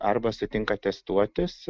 arba sutinka atestuotis